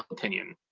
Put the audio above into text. opinion,